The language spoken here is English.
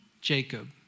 Jacob